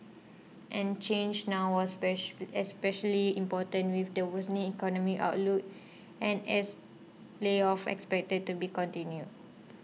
and change now was especially important with the worsening economic outlook and as layoffs expected to be continued